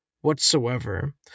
whatsoever